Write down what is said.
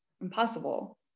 impossible